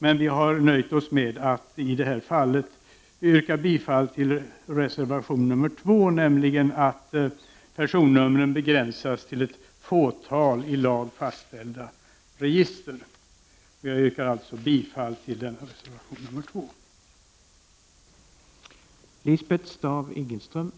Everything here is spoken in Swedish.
Men vi har nöjt oss med att i det här fallet yrka bifall till reservation nr 2, nämligen att personnumren begränsas till ett fåtal i lag fastställda register. Jag yrkar alltså bifall till reservation nr 2.